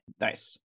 Nice